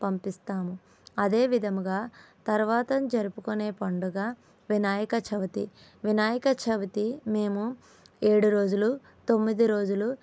పంపిస్తాము అదేవిదముగా తర్వాత జరుపునే పండుగ వినాయక చవితి వినాయక చవితి మేము ఏడురోజులు తొమ్మిదిరోజులు